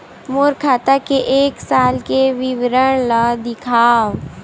मोर खाता के एक साल के विवरण ल दिखाव?